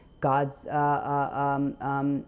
God's